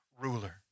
ruler